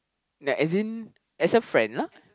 like as in as a friend lah